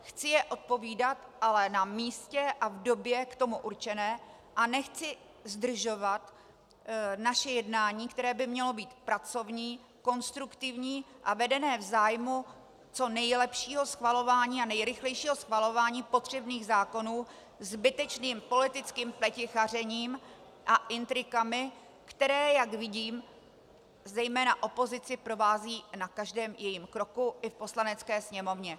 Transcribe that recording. Chci je odpovídat, ale na místě a v době k tomu určené a nechci zdržovat naše jednání, které by mělo být pracovní, konstruktivní a vedené v zájmu co nejlepšího schvalování a nejrychlejšího schvalování potřebných zákonů, zbytečným politickým pletichařením a intrikami, které, jak vidím, zejména opozici provází na každém jejím kroku i v Poslanecké sněmovně.